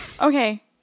Okay